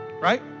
right